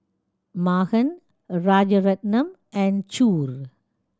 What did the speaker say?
Mahan Rajaratnam and Choor